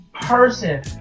person